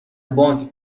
بانک